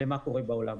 למה קורה בעולם.